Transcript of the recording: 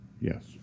Yes